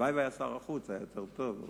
הלוואי שהיה שר החוץ, היה יותר טוב.